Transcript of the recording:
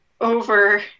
over